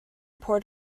poured